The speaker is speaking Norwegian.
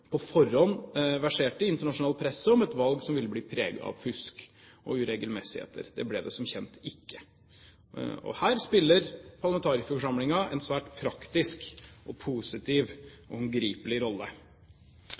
på forhånd verserte i internasjonal presse om et valg som ville bli preget av fusk og uregelmessigheter. Det ble det som kjent ikke. Her spiller parlamentarikerforsamlingen en svært praktisk og positiv og håndgripelig rolle.